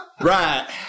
Right